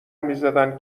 میزدن